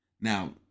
Now